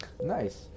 nice